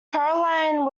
caroline